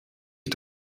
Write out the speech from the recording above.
ich